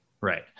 Right